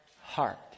heart